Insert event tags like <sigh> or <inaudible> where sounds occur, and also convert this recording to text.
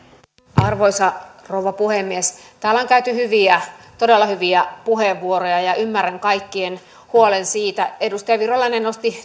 arvoisa rouva puhemies täällä on käytetty hyviä todella hyviä puheenvuoroja ja ymmärrän kaikkien huolen siitä edustaja virolainen nosti <unintelligible>